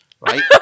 Right